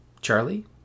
Charlie